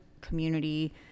community